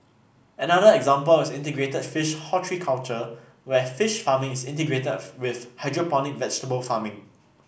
another example is integrated fish horticulture where fish farming is integrated with hydroponic vegetable farming